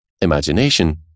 imagination